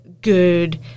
good